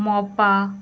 Mopa